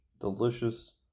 delicious